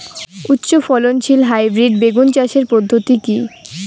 উচ্চ ফলনশীল হাইব্রিড বেগুন চাষের পদ্ধতি কী?